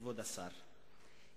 כבוד השר,